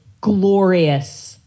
glorious